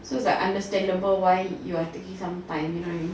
so it's like understandable why you are taking some time you know what I mean